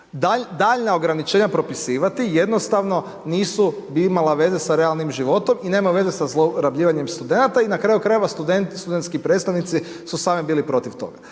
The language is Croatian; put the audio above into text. daljnja ograničenja propisivati jednostavno nisu imala veze sa realnim životom i nema veze sa zlorabljivanjem studenata i na kraju krajeva, studentski predstavnici su sami bili protiv toga.